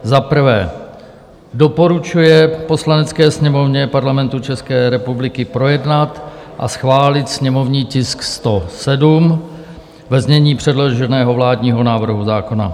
I. doporučuje Poslanecké sněmovně Parlamentu České republiky projednat a schválit sněmovní tisk 107 ve znění předloženého vládního návrhu zákona;